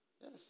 Yes